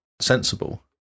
sensible